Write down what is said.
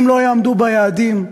אם לא יעמדו ביעדים,